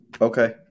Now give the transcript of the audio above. Okay